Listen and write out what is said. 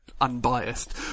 unbiased